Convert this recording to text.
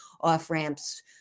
off-ramps